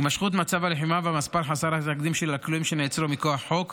הימשכות מצב הלחימה והמספר חסר התקדים של כלואים שנעצרו מכוח חוק